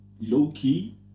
low-key